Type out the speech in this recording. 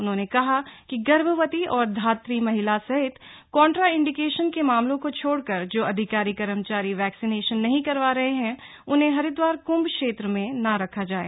उन्होंने कहा कि गर्भवती और धात्री महिला सहित कोन्ट्राइन्डिकेशन के मामलों को छोड़कर जो अधिकारी कर्मचारी वैक्सिनेशन नहीं करवा रहे हैं उन्हें हरिद्वार क्रम्भ क्षेत्र में न रखा जाए